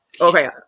Okay